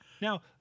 Now